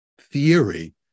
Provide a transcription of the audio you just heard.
theory